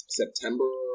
september